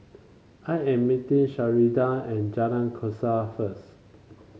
I am meeting Sheridan at Jalan Kasau first